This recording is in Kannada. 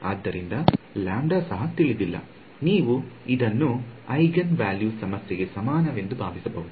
ಆದ್ದರಿಂದ ಸಹ ತಿಳಿದಿಲ್ಲ ನೀವು ಇದನ್ನು ಐಜೆನ್ವಾಲ್ಯು ಸಮಸ್ಯೆಗೆ ಸಮಾನವೆಂದು ಭಾವಿಸಬಹುದು